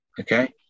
Okay